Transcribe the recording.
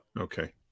Okay